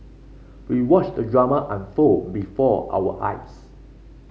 we watched the drama unfold before our eyes